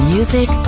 Music